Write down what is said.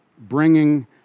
bringing